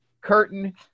Curtain